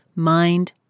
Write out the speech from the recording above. mind